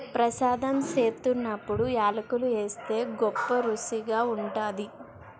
ప్రసాదం సేత్తున్నప్పుడు యాలకులు ఏస్తే గొప్పరుసిగా ఉంటాది